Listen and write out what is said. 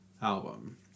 album